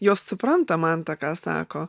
jos supranta mantą ką sako